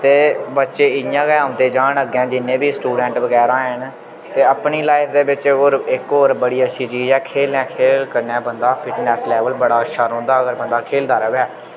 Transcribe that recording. ते बच्चे इयां गै औंदे जान अग्गें जिन्ने बी स्टूडेंट बगैरा हैन ते अपनी लाइफ दे बिच्च होर इक होर बड़ी अच्छी चीज ऐ खेलने खेल कन्नै बंदा फिटनेस लेवल बड़ा अच्छा रौंह्दा अगर बंदा खेलदा रवै